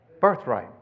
birthright